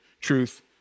truth